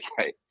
Okay